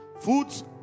Foods